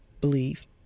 believe